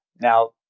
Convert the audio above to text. Now